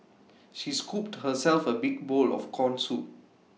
she scooped herself A big bowl of Corn Soup